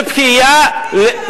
זה לחשוף את הפרצוף האמיתי שלכם.